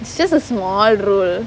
it's just a small role